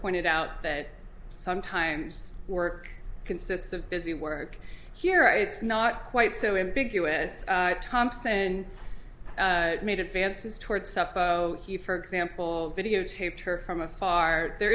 pointed out that sometimes work consists of busy work here it's not quite so in big us thompson made advances towards he for example videotaped her from afar there